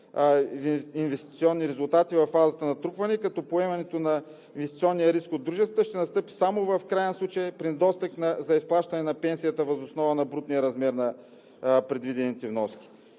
инвестиционни резултати във фазата на натрупване, като поемането на инвестиционния риск от дружествата ще настъпи в краен случай – при недостиг за изплащане на пенсията въз основа на брутния размер на предвидените вноски.